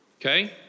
Okay